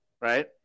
Right